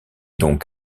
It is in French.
donc